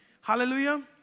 Hallelujah